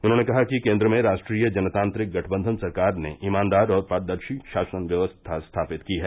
उन्होंने कहा कि केन्द्र में राष्ट्रीय जनतांत्रिक गठबंधन सरकार ने ईमानदार और पारदर्शी शासन व्यवस्था स्थापित की है